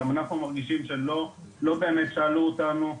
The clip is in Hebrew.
מרגישים שלא באמת שאלו אותנו.